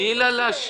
תני לה להשלים.